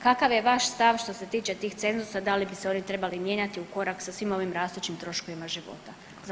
Kakav je vaš stav što se tiče tih cenzusa, da li bi se oni trebali mijenjati u korak sa svim ovim rastućim troškovima života?